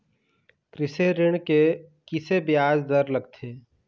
कृषि ऋण के किसे ब्याज दर लगथे?